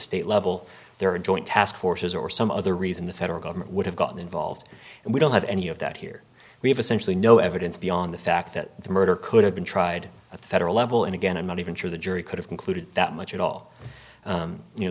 state level there are joint task forces or some other reason the federal government would have gotten involved and we don't have any of that here we have essentially no evidence beyond the fact that the murder could have been tried a federal level and again i'm not even sure the jury could have concluded that much at all you know